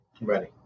Ready